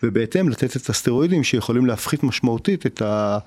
ובהתאם לתת את הסטרואידים שיכולים להפחית משמעותית את ה...